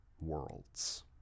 worlds